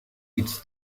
its